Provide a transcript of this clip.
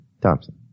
Thompson